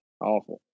Awful